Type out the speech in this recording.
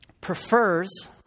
prefers